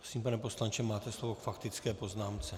Prosím, pane poslanče, máte slovo k faktické poznámce.